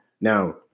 Now